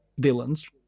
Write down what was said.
villains